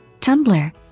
Tumblr